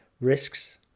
risks